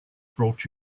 brought